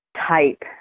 type